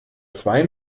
zwei